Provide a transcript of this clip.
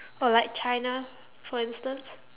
or like china for instance